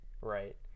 right